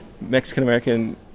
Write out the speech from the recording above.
Mexican-American